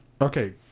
Okay